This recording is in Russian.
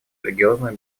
религиозные